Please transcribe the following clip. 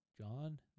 John